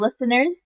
listeners